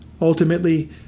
Ultimately